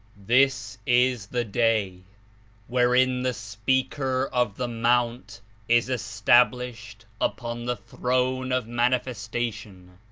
this is the day wherein the speaker of the mount is established upon the throne of manifestation,